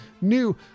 new